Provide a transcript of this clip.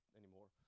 anymore